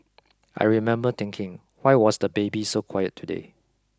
I remember thinking why was the baby so quiet today